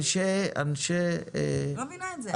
אני לא מבינה את זה.